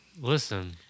listen